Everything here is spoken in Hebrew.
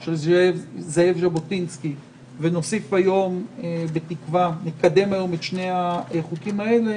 של זאב ז'בוטינסקי ונקדם היום בתקווה את שני החוקים הללו,